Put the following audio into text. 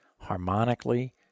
Harmonically